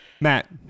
Matt